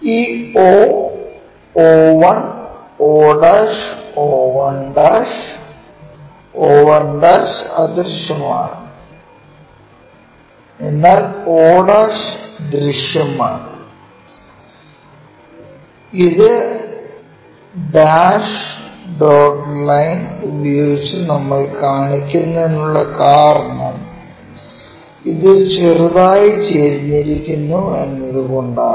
ഈ o o1 o o1 o1 അദൃശ്യമാണ് എന്നാൽ o ദൃശ്യമാണ് ഇത് ഡാഷ് ഡോട്ട് ലൈൻ ഉപയോഗിച്ച് നമ്മൾ കാണിക്കുന്നതിനുള്ള കാരണം ഇത് ചെറുതായി ചരിഞ്ഞിരിക്കുന്നു എന്നത് കൊണ്ടാണ്